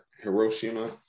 Hiroshima